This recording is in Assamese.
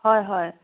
হয় হয়